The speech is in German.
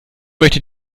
möchte